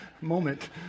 moment